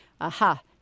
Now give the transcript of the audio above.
aha